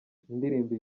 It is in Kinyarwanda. indirimbo